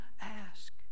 Ask